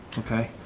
okay?